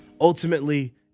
Ultimately